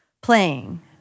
playing